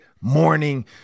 morning